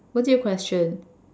what's your question